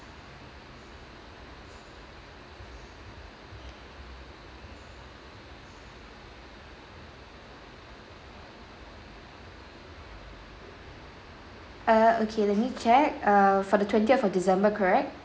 err okay let me check err for the twentieth of december correct